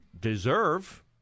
deserve